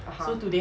(uh huh)